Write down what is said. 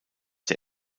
der